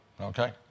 okay